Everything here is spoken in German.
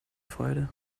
freude